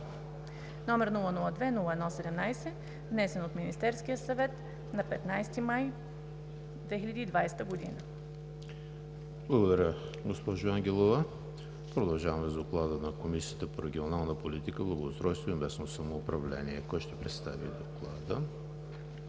№ 002-01-17, внесен от Министерския съвет на 15 май 2020 г.“ ПРЕДСЕДАТЕЛ ЕМИЛ ХРИСТОВ: Благодаря, госпожо Ангелова. Продължаваме с Доклада на Комисията по регионална политика, благоустройство и местно самоуправление. Кой ще представи Доклада?